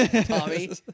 Tommy